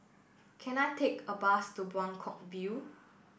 can I take a bus to Buangkok View